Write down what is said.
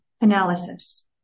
analysis